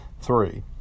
Three